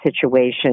situation